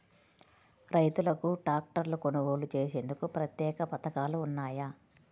రైతులకు ట్రాక్టర్లు కొనుగోలు చేసేందుకు ప్రత్యేక పథకాలు ఉన్నాయా?